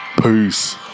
peace